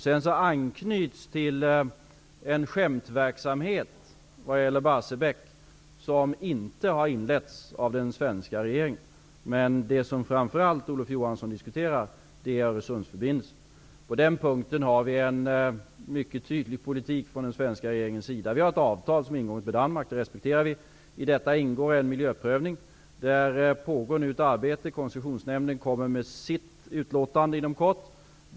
Sedan anknyts till en skämtverksamhet vad gäller Barsebäck som inte har inletts av den svenska regeringen. I fråga om Öresundsförbindelsen har den svenska regeringen en mycket tydlig politik. Vi har ett avtal som är ingånget med Danmark. Detta respekterar vi. I detta ingår en miljöprövning. Det pågår nu ett arbete med den. Koncessionsnämnden kommer med sitt utlåtande inom kort.